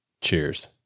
Cheers